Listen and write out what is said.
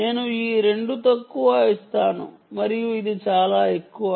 నేను ఈ 2 తక్కువ ఇస్తాను మరియు ఇది చాలా ఎక్కువ